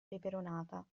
peperonata